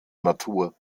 natur